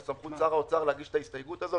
וסמכות שר האוצר להגיש את ההסתייגות הזו